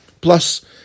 plus